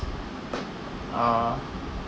uh